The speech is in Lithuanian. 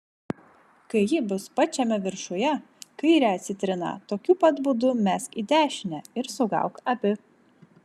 kai ji bus pačiame viršuje kairę citriną tokiu pat būdu mesk į dešinę ir sugauk abi